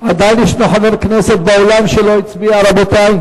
יש חבר כנסת נוסף שלא הצביע, רבותי?